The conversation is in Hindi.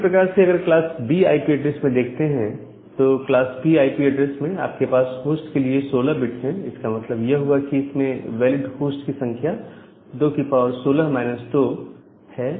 इसी प्रकार से अगर आप क्लास B आईपी एड्रेस में देखते हैं तो क्लास B आईपी एड्रेस में आपके पास होस्ट के लिए 16 बिट्स है इसका मतलब यह हुआ कि इसमें वैलिड होस्ट की संख्या216 2 है